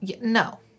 No